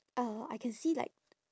uh I can see like